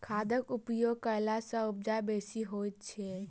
खादक उपयोग कयला सॅ उपजा बेसी होइत छै